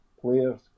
players